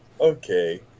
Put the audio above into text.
okay